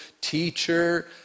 teacher